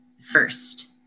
first